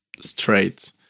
straight